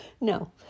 no